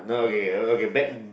only ya